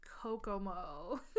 Kokomo